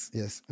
yes